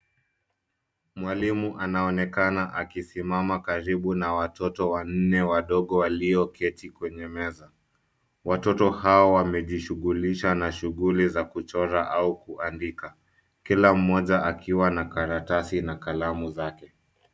Mwalimu anaonekana akisimama karibu na watoto wanne wadogo walioketi kwenye meza. Watoto hao wamejishughulisha na shughli za kuchora au kuandika ,kila mmoja akiwa na karatasi na kalamu zake.